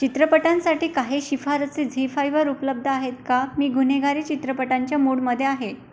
चित्रपटांसाठी काही शिफारसी झी फायवर उपलब्ध आहेत का मी गुन्हेगारी चित्रपटांच्या मूडमध्ये आहे